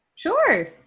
Sure